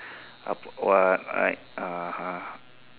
a what like (uh huh)